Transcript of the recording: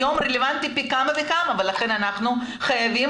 היום רלוונטי פי כמה וכמה ולכן אנחנו חייבים